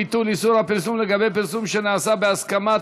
ביטול איסור הפרסום לגבי פרסום שנעשה בהסכמה),